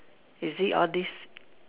is it all these